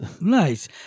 Nice